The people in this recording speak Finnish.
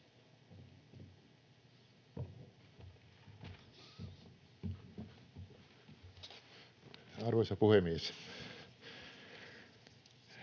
Arvoisa puhemies!